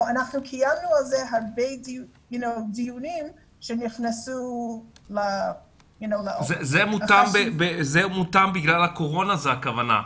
קיימנו על זה הרבה דיונים שנכנסו ל- -- זה מותאם בגלל הקורונה הכוונה.